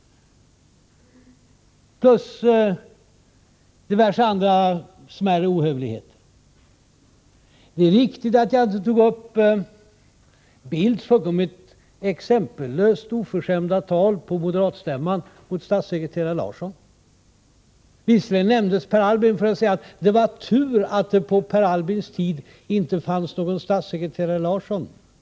Därtill kommer diverse andra smärre ohövligheter. Det är riktigt att jag inte tog upp Bildts fullkomligt exempellöst oförskämda tal på moderatstämman mot statssekreterare Larsson. Visserligen nämndes Per Albin, men det var bara för att Carl Bildt skulle kunna säga att det var tur att det på Per Albins tid inte fanns någon statssekreterare Larsson.